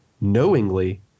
knowingly